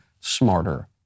smarter